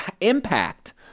impact